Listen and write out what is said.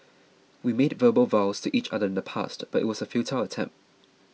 we made verbal vows to each other in the past but it was a futile attempt